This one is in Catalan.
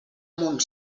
amunt